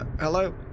hello